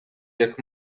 jak